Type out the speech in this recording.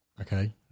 Okay